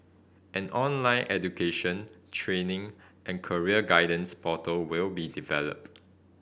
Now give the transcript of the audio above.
an online education training and career guidance portal will be developed